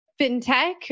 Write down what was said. fintech